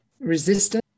resistance